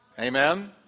Amen